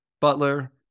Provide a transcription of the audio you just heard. Butler